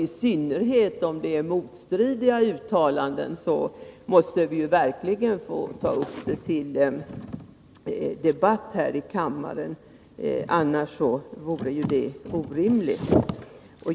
I synnerhet om det är fråga om motstridiga uttalanden måste vi verkligen få ta upp dem till debatt här i kammaren — något annat vore orimligt.